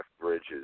Bridges